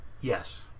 Yes